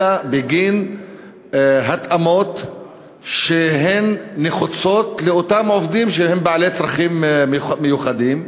אלא בגין התאמות שנחוצות לאותם עובדים שהם בעלי צרכים מיוחדים.